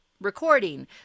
recording